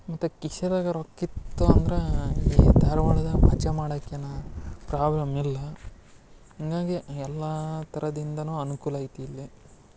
ಮತ್ತು ಕಿಸೆದಾಗ ರೊಕ್ಕ ಇತ್ತು ಅಂದರೆ ಈ ಧಾರವಾಡದ ಮಜಾ ಮಾಡಕ್ಕೇನೂ ಪ್ರಾಬ್ಲಮ್ ಇಲ್ಲ ಅನ್ನಂಗೆ ಎಲ್ಲ ಥರದಿಂದಲೂ ಅನುಕೂಲ ಐತಿ ಇಲ್ಲಿ